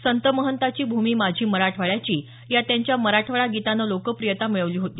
संत महंताची भूमी माझी मराठवाड्याची या त्यांच्या मराठवाडा गीतानं लोकप्रियता मिळवली होती